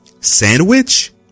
Sandwich